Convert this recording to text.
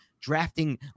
drafting